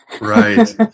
right